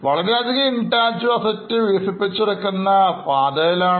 വളരെയധികം Intangible Assets വികസിപ്പിച്ചെടുക്കുന്ന പാതയിലാണ്